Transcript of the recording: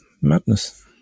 madness